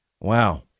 Wow